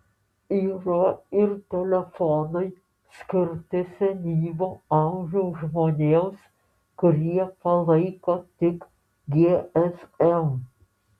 yra ir telefonai skirti senyvo amžiaus žmonėms kurie palaiko tik gsm